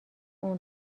اون